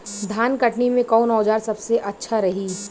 धान कटनी मे कौन औज़ार सबसे अच्छा रही?